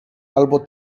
albo